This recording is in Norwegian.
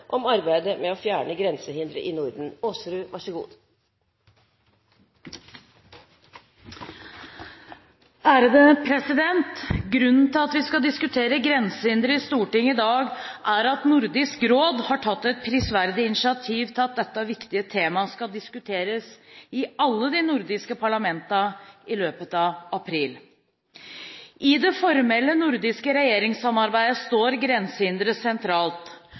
Grunnen til at vi skal diskutere grensehindre i Stortinget i dag, er at Nordisk råd har tatt et prisverdig initiativ til at dette viktige temaet skal diskuteres i alle de nordiske parlamentene i løpet av april. I det formelle nordiske regjeringssamarbeidet står grensehindre sentralt.